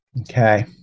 Okay